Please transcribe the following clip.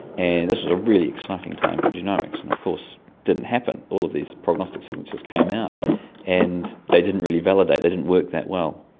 and this was a really exciting time for genomics, and of course it didn't happen. all of these prognostics signatures came out and they didn't really validate, they didn't work that well,